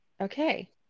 Okay